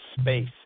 space